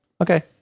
Okay